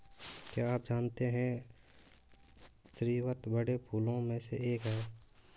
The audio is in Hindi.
क्या आप जानते है स्रीवत बड़े फूलों में से एक है